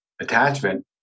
attachment